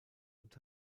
und